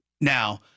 Now